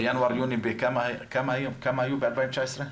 אז בינואר-יוני כמה היה ב-2019?